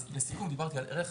לסיום, דיברתי על ערך